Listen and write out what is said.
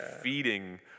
feeding